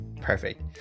Perfect